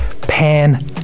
pan